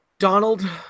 Donald